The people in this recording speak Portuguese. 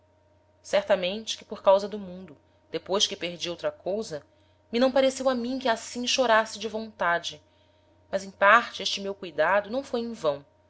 certamente que por causa do mundo depois que perdi outra cousa me não pareceu a mim que assim chorasse de vontade mas em parte este meu cuidado não foi em vão